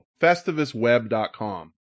Festivusweb.com